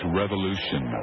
revolution